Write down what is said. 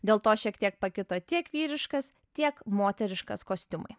dėl to šiek tiek pakito tiek vyriškas tiek moteriškas kostiumai